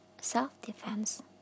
self-defense